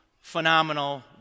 phenomenal